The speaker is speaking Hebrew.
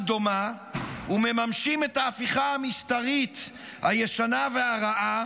דומה ומממשים את ההפיכה המשטרית הישנה והרעה